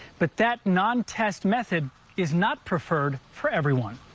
but that non-test method is not preferred for everyone.